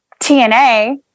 TNA